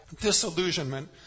disillusionment